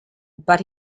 but